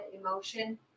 emotion